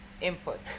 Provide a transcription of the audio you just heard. input